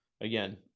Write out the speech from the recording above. again